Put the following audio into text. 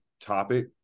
topic